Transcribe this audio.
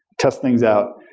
test things out,